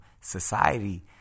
society